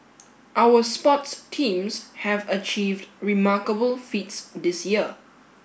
our sports teams have achieved remarkable feats this year